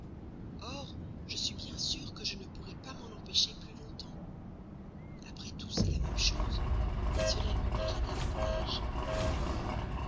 or je suis bien sûre que je ne pourrai pas m'en empêcher plus longtemps après tout c'est la même chose cela lui plaira davantage